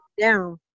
down